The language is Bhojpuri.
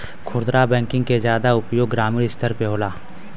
खुदरा बैंकिंग के जादा उपयोग ग्रामीन स्तर पे होला